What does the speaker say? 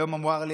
היום אמר לי,